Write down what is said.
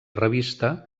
revista